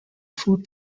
food